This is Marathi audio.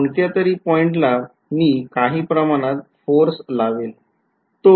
कोणत्यातरी पॉईंटला मी काही प्रमाणात फोर्स लावेल आहे